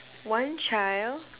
one child